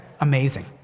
amazing